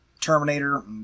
Terminator